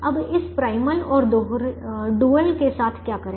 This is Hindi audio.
अब हम इस primal और दोहरे के साथ क्या करें